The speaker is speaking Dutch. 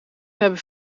hebben